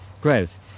growth